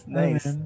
nice